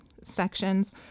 sections